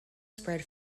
spread